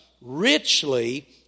richly